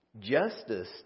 Justice